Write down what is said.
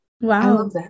wow